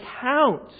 count